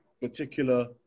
particular